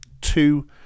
two